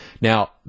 Now